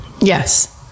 yes